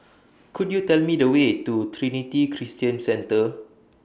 Could YOU Tell Me The Way to Trinity Christian Centre